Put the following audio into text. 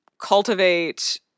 cultivate